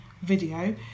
video